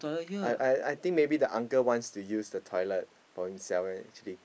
I I I think maybe the uncle wants to use the toilet for himself and sleep